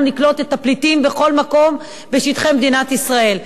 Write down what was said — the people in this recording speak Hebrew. נקלוט את הפליטים בכל מקום בשטחי מדינת ישראל.